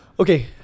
Okay